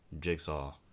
Jigsaw